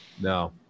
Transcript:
No